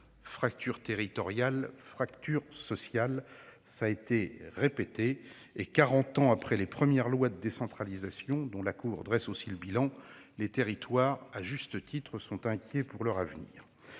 Fractures territoriales, fractures sociales ... Quarante ans après les premières lois de décentralisation, dont la Cour dresse le bilan, les territoires sont, à juste titre, inquiets pour leur avenir.